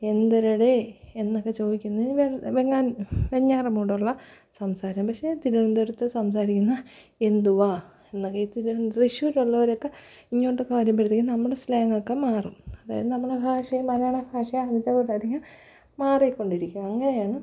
എന്തരെടേ എന്നൊക്കെ ചോദിക്കുന്ന വെ വെങ്ങാനൂ വെഞ്ഞാറമ്മൂട് ഉള്ള സംസാരം പക്ഷേ തിരുവനന്തപുരത്ത് സംസാരിക്കുന്ന എന്തുവാ എന്നൊക്കെ ഈ തിരുവന തൃശ്ശൂർ ഉള്ളവർ ഒക്കെ ഇങ്ങോട്ടൊക്കെ വരുമ്പോഴത്തേക്കും നമ്മുടെ സ്ലാങ്ങ് ഒക്കെ മാറും അതായത് നമ്മള ഭാഷ മലയാളം ഭാഷ മാറിക്കൊണ്ടിരിക്കും അങ്ങനെയാണ്